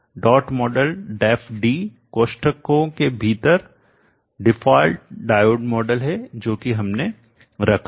dot model Def D कोष्ठकों के भीतर डिफॉल्ट डायोड मॉडल है जो कि हमने रखा है